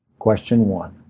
question one.